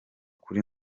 kuri